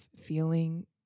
feeling